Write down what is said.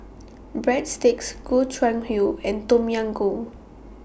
Breadsticks Gobchang Gui and Tom Yam Goong